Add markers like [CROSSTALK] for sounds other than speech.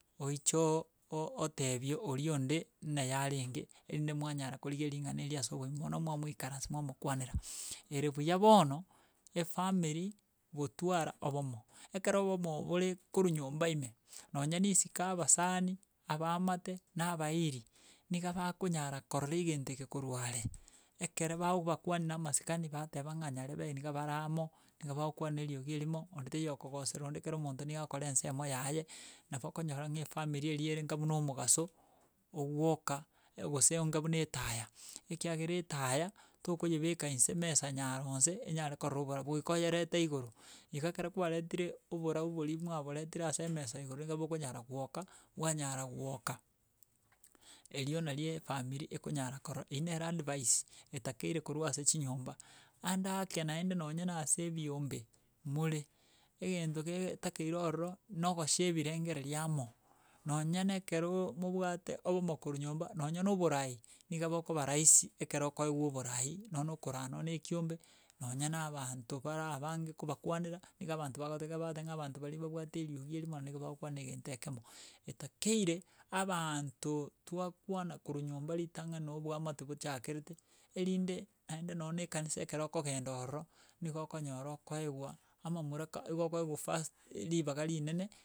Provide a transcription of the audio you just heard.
Oiche oo, o- otebia oria onde na yarenge, erinde mwanyara korigereri ring'ana erio ase oboimo bono mwamoikaransi mwamokwanera. Ere buya bono, efamiri gotwara obomo, ekero obomo bore korwa nyomba ime, nonye na isiko abasani, abaamate, na abairi, niga bakonyara korora egento eke korwa are. Ekere bagobakwani na amasikani bateba ng'a nyarebe niga bare amo, niga bakokwana eriogi erimo, onde taiyo okogosera onde ekero omonto niga agokora ensemo yaye, nabo okonyora ng'a efamiri eria ere ng'a omogaso ogwoka [HESITATION] gose onga buna etaya, ekiagera etaya tokoyebeka nse mesa nyaro ense enyare korora oborabu, goika oyerete igoro. Iga ekero kwaretire oborabu boria mwaboretire ase emesa igoro iga bokonyara gwoka, bwanyara gwoka. Erio nari efamiri ekonyara korora, eywo nere eadvise etakeire korwa ase chinyomba. Ande ake naende nonye na ase ebiombe, more, egento getakeire ororo n ogoshare ebirengereri amo nonya na ekerooo mobwate obomo korwa nyomba nonye na oborai, niga bokoba rahisi ekero okoewa oborai nonye na okoraa nonye na ekiombe, nonya na abanto bare abange kobakwanera, niga abanto bagote iga bagoteba ng'a abanto baria babwate eriogo erimo na nigo bagokwana egento ekemo, etakeire abanto twakwana korwa nyomba ritang'ani na obwamate bochakerete, erinde naende nonye na ekanisa ekero okogenda ororo, nigo okonyora okoewa, amamraka igo okoewa first ribaga rinene.